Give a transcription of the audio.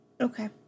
Okay